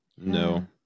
No